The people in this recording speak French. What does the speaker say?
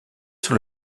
sur